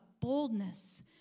boldness